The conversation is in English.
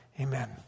amen